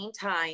time